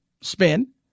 spin